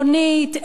ערכית.